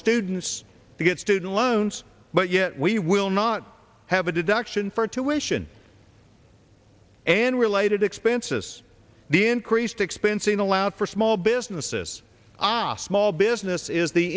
students to get student loans but yet we will not have a deduction for tuitions and related expenses the increased expensing allowed for small businesses os small business is the